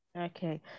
Okay